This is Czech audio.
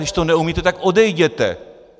Když to neumíte, tak odejděte.